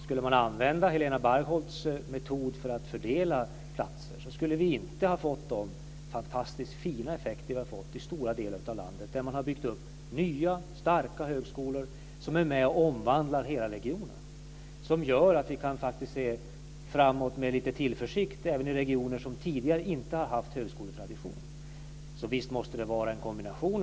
Skulle vi ha använt Helena Bargholtz metod för att fördela platser skulle vi inte ha fått de fantastiskt fina effekter som vi har fått i stora delar av landet, där man har byggt upp nya, starka högskolor som är med och omvandlar hela regioner och gör att vi faktiskt kan se framåt med lite tillförsikt även i regioner som tidigare inte har haft högskoletradition. Så visst måste det vara en kombination.